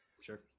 sure